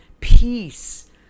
peace